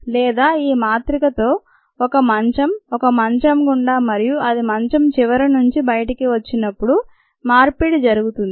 లేదా ఈ మాత్రికతో ఒక మంచం ఈ మంచం గుండా మరియు అది మంచం చివరనుండి బయటకు వచ్చినప్పుడు మార్పిడి జరుగుతుంది